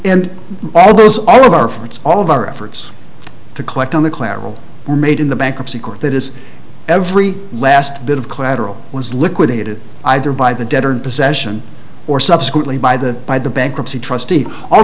and all those all of our for it's all of our efforts to collect on the collateral made in the bankruptcy court that is every last bit of collateral was liquidated either by the debtor in possession or subsequently by the by the bankruptcy trustee all